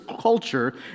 culture